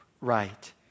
right